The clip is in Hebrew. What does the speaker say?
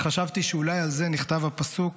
וחשבתי שאולי על זה נכתב הפסוק